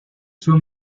son